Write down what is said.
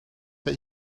that